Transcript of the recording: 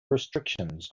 restrictions